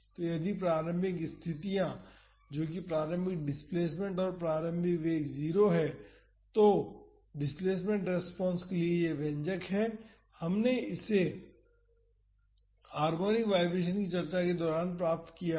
तो यदि प्रारंभिक स्थितियाँ जो कि प्रारंभिक डिस्प्लेसमेंट और प्रारंभिक वेग 0 हैं तो डिस्प्लेसमेंट रेस्पॉन्सेस के लिए यह व्यंजक है हमने इसे हार्मोनिक वाईब्रेशन की चर्चा के दौरान प्राप्त किया था